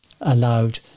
allowed